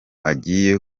agiye